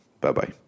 Bye-bye